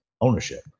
ownership